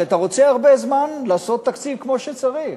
שאתה רוצה הרבה זמן כדי לעשות תקציב כמו שצריך.